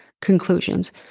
conclusions